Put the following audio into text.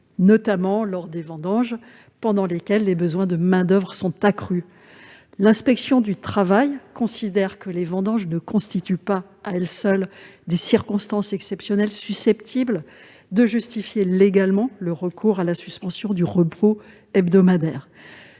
notamment lors des vendanges, pendant lesquelles les besoins de main-d'oeuvre sont accrus. L'inspection du travail considère toutefois que les vendanges ne constituent pas, à elles seules, une circonstance exceptionnelle susceptible de justifier légalement le recours à la suspension du repos hebdomadaire.